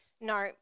no